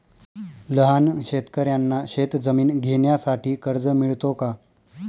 लहान शेतकऱ्यांना शेतजमीन घेण्यासाठी कर्ज मिळतो का?